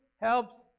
helps